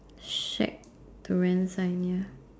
shack to rent sign ya